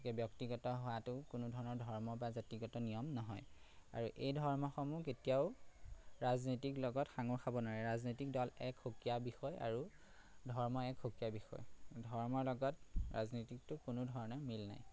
গতিকে ব্যক্তিগত হোৱাটো কোনো ধৰণৰ ধৰ্ম বা জাতিগত নিয়ম নহয় আৰু এই ধৰ্মসমূহ কেতিয়াও ৰাজনীতিক লগত সাঙুৰ খাব নোৱাৰে ৰাজনৈতিক দল এক সুকীয়া বিষয় আৰু ধৰ্ম এক সুকীয়া বিষয় ধৰ্মৰ লগত ৰাজনীতিকটো কোনো ধৰণে মিল নাই